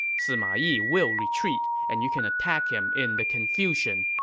sima yi will retreat, and you can attack him in the confusion.